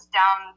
down